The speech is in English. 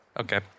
Okay